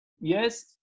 yes